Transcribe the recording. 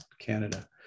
Canada